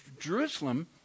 Jerusalem